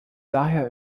daher